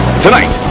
tonight